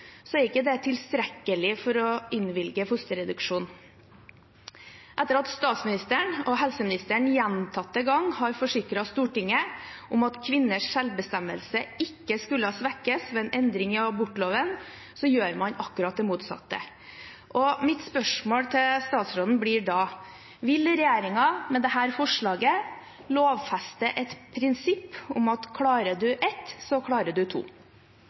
er ikke det tilstrekkelig for å innvilge fosterreduksjon. Etter at statsministeren og helseministeren gjentatte ganger har forsikret Stortinget om at kvinners selvbestemmelse ikke skulle svekkes ved en endring i abortloven, gjør man akkurat det motsatte. Mitt spørsmål til statsråden blir da: Vil regjeringen med dette forslaget lovfeste et prinsipp om at klarer man ett, så klarer man to?